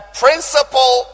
principle